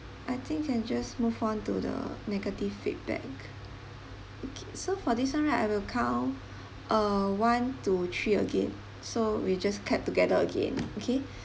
I think can just move on to the negative feedback okay so for this one right I will count uh one two three again so we just clap together again okay